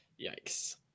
Yikes